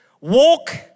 walk